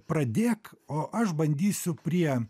pradėk o aš bandysiu prie